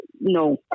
no